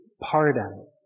pardon